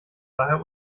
daher